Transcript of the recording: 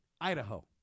Idaho